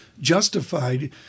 justified